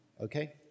okay